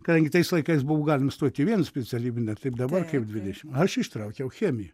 kadangi tais laikais buvo galima stot į vien specialybinę ne kaip dabar į dvidešim aš ištraukiau chemiją